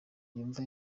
yumva